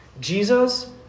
Jesus